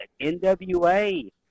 NWA